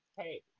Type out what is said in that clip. Hey